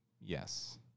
Yes